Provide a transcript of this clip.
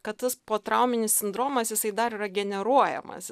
kad tas potrauminis sindromas jisai dar yra generuojamas